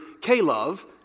K-Love